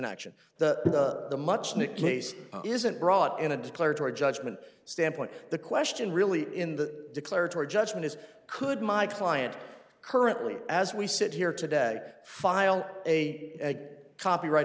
action the the much nick case isn't brought in a declaratory judgment standpoint the question really in the declaratory judgment is could my client currently as we sit here today file a copyright